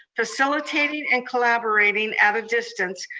facilitating and collaborating at a distance,